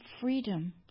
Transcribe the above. freedom